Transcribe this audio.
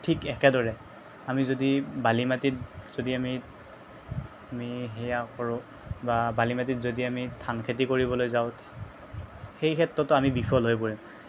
ঠিক একেদৰে আমি যদি বালি মাটিত যদি আমি আমি সেয়া কৰোঁ বা বালি মাটিত যদি আমি ধান খেতি কৰিবলৈ যাওঁ সেই ক্ষেত্ৰতো আমি বিফল হৈ পৰিম